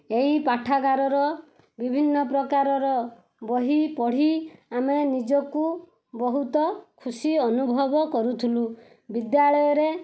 ଏଇ ପାଠାଗାରର ବିଭିନ୍ନପ୍ରକାରର ବହି ପଢ଼ି ଆମେ ନିଜକୁ ବହୁତ ଖୁସି ଅନୁଭବ କରୁଥୁଲୁ ବିଦ୍ୟାଳୟରେ